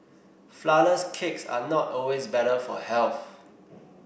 flourless cakes are not always better for health